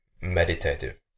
meditative